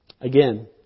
Again